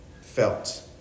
felt